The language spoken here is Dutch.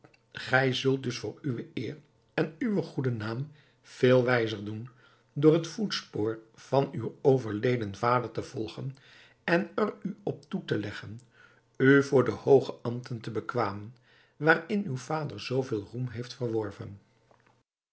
gij zult dus voor uwe eer en uwen goeden naam veel wijzer doen door het voetspoor van uw overleden vader te volgen en er u op toe te leggen u voor de hooge ambten te bekwamen waarin uw vader zoo veel roem heeft verworven